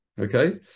Okay